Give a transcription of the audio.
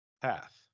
path